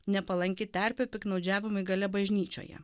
nepalanki terpė piktnaudžiavimui galia bažnyčioje